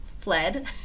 fled